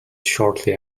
shortly